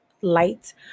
light